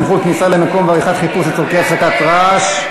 (סמכות כניסה למקום ועריכת חיפוש לצורך הפסקת רעש),